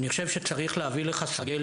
אני חושב שצריך להביא לך סרגל